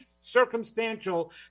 circumstantial